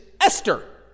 Esther